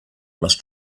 must